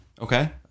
Okay